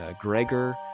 Gregor